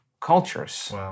cultures